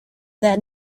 that